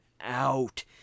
Out